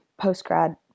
postgrad